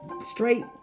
straight